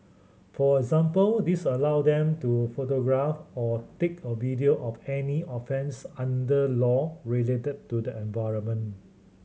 for example this allow them to photograph or take a video of any offence under law related to the environment